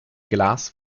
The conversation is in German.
glas